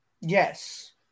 Yes